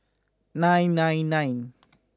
nine nine nine